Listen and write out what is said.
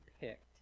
picked